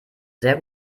sehr